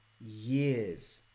years